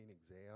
exam